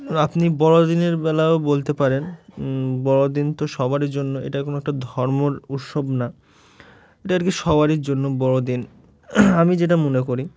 আপনি বড়দিনের বেলাও বলতে পারেন বড়দিন তো সবারই জন্য এটা কোনো একটা ধর্মর উৎসব না এটা আর কি সবারই জন্য বড়দিন আমি যেটা মনে করি